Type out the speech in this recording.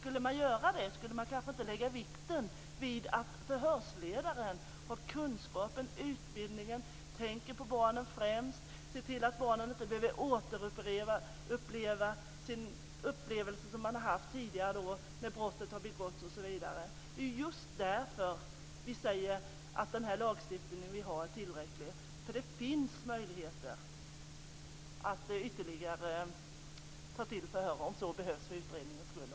Skulle man göra det skulle man kanske inte lägga vikten vid att förhörsledaren har kunskapen, har utbildningen, tänker på barnen främst, ser till att barnen inte behöver återuppleva sina tidigare upplevelser när brottet begicks osv. Det är just därför vi säger att den lagstiftning vi har är tillräcklig. Det finns möjligheter att ta till ytterligare förhör om så behövs även för utredningens skull.